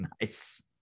Nice